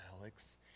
Alex